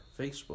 Facebook